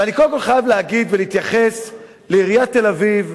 ואני קודם כול חייב להתייחס לעיריית תל-אביב,